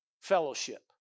fellowship